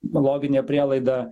loginė prielaida